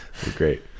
Great